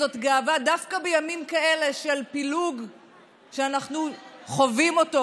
זאת גאווה דווקא בימים כאלה של פילוג שאנחנו חווים אותו,